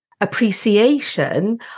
appreciation